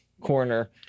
corner